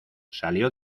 salió